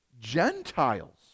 Gentiles